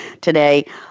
today